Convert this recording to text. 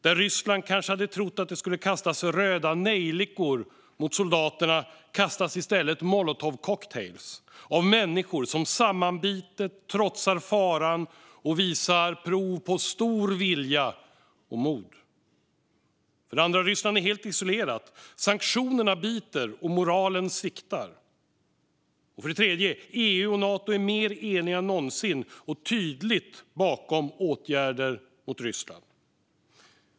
Där Ryssland kanske hade trott att det skulle kastas röda nejlikor mot soldaterna kastas i stället molotovcocktailar av människor som sammanbitet trotsar faran och visar prov på stor vilja och mod. Ryssland är helt isolerat. Sanktionerna biter, och moralen sviktar. EU och Nato är mer eniga än någonsin och står tydligt bakom åtgärder mot Ryssland.